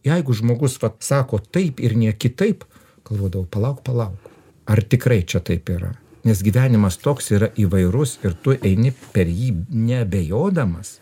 jeigu žmogus vat sako taip ir ne kitaip galvodavau palauk palauk ar tikrai čia taip yra nes gyvenimas toks yra įvairus ir tu eini per jį neabejodamas